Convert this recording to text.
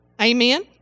Amen